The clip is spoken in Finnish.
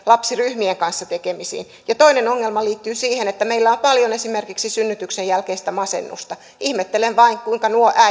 lapsiryhmien kanssa tekemisiin toinen ongelma liittyy siihen että meillä on paljon esimerkiksi synnytyksen jälkeistä masennusta ihmettelen vain kuinka nuo äidit